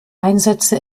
einsätze